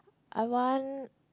I want